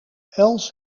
els